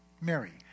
Mary